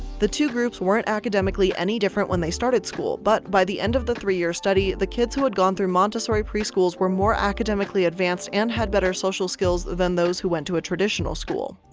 the two groups weren't academically any different when they started school, but by the end of the three-year study, the kids who had gone through montessori preschools were more academically advanced and had better social skills than those who went to a traditional school.